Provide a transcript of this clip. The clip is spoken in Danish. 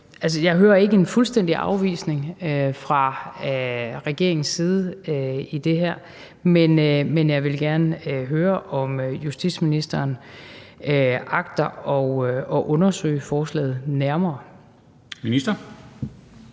Jeg hører ikke en fuldstændig afvisning fra regeringens side i forhold til det her, men jeg vil gerne høre, om justitsministeren agter at undersøge forslaget nærmere om.